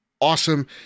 awesome